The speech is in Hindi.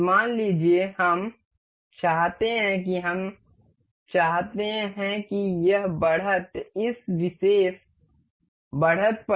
मान लीजिए हम चाहते हैं कि हम चाहते हैं कि यह बढ़त इस विशेष बढ़त पर रहे